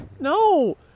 No